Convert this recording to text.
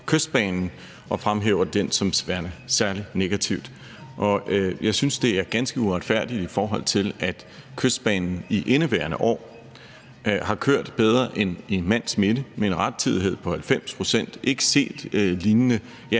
og fremhæver den som værende særlig negativ. Jeg synes, det er ganske uretfærdigt, da Kystbanen i indeværende år har kørt bedre end i mands minde med en rettidighed på 90 pct. Det er ikke set lignende,